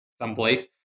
someplace